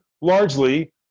largely